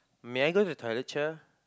may I go to the toilet cher